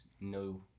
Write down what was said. no